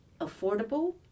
affordable